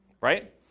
Right